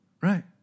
Right